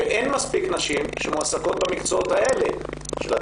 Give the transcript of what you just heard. ואין מספיק נשים שמועסקות במקצועות של התעשייה,